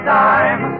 time